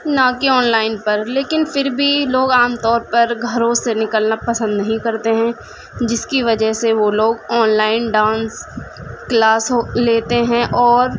نہ کہ online پر لیکن پھر بھی لوگ عام طور پر گھروں سے نکلنا پسند نہیں کرتے ہیں جس کی وجہ سے وہ لوگ آن لائن ڈانس کلاس ہو لیتے ہیں اور